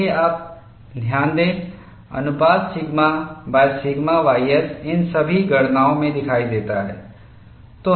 देखें आप ध्यान दें अनुपात सिग्मासिग्मा ys इन सभी गणनाओं में दिखाई देता है